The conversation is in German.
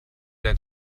dein